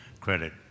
credit